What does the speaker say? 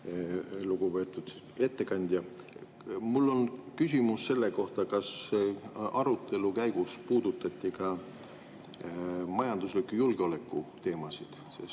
Lugupeetud ettekandja! Mul on küsimus selle kohta, kas arutelu käigus puudutati ka majandusliku julgeoleku teemasid.